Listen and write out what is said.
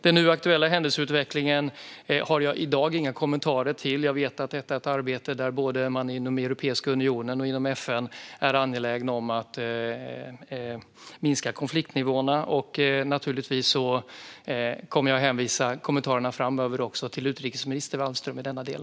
Den nu aktuella händelseutvecklingen har jag i dag inga kommentarer till. Jag vet att detta är ett arbete där man både inom Europeiska unionen och inom FN är angelägna om att minska konfliktnivåerna. Naturligtvis kommer jag att hänvisa kommentarerna framöver till utrikesminister Wallström i denna del.